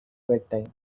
bedtime